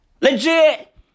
Legit